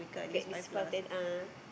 get this point of thing ah